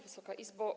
Wysoka Izbo!